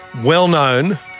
well-known